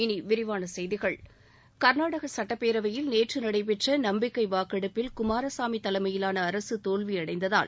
இனி விரிவான செய்திகள் கர்நாடக சுட்டப்பேரவையில் நேற்று நடைபெற்ற நம்பிக்கை வாக்கெடுப்பில் குமாரசாமி தலைமையிலான அரசு தோல்வி அடைந்ததால்